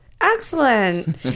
Excellent